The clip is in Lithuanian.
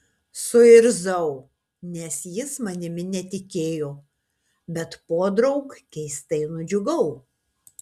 suirzau nes jis manimi netikėjo bet podraug keistai nudžiugau